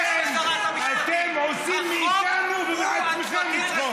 אתם עושים מאיתנו ומעצמכם צחוק.